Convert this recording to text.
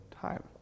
time